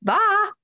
Bye